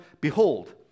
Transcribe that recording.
behold